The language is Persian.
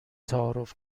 تعارف